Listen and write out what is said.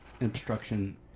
obstruction